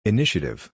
Initiative